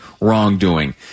wrongdoing